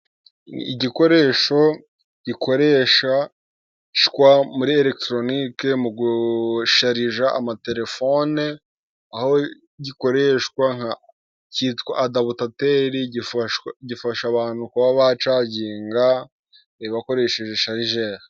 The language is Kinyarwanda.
Igikoresho gikoreshwa muri elegitoronike mu gusharija amatelefone, aho gikoreshwa, cyitwa adabutateri gifasha abantu kuba bacaginga bakoresheje sharijeri.